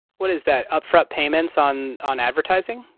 what is that, upfront payments on on advertising?